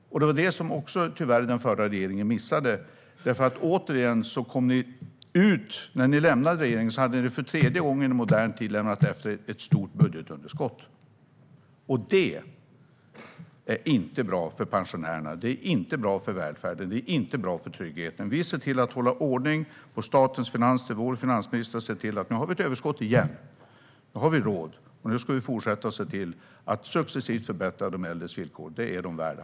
Det var det den förra regeringen tyvärr missade. När ni lämnade regeringsmakten lämnade ni för tredje gången i modern tid efter er ett stort budgetunderskott. Det är inte bra för pensionärerna. Det är inte bra för välfärden, och det är inte bra för tryggheten. Vi ser till att hålla ordning på statens finanser. Vår finansminister har sett till att vi har ett överskott igen. Nu har vi råd, och nu ska vi successivt förbättra de äldres villkor. Det är de värda.